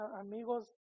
Amigos